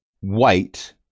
white